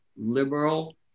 liberal